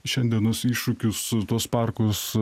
šiandienos iššūkius tuos parkus